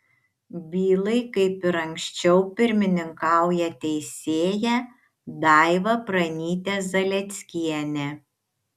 bylai kaip ir anksčiau pirmininkauja teisėja daiva pranytė zalieckienė